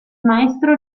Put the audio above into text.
maestro